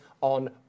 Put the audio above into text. on